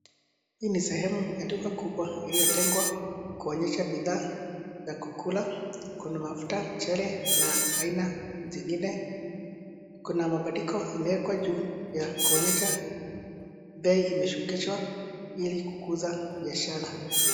Hii ni sehemu ya duka kubwa iliotengwa kuonyesha bidhaa za kukula. Kuna mafuta, mchele na aina zingine. Kuna mabandiko imeekwa juu yao kuonyesha bei imeshukishwa ili kukuza biashara.